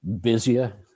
busier